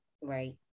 Right